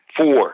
four